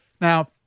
Now